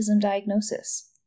diagnosis